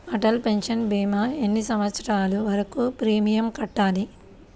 Atal pension భీమా ఎన్ని సంవత్సరాలు వరకు ప్రీమియం కట్టాలి?